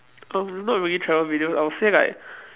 um not really travel video I'll say like